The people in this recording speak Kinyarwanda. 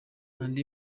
andi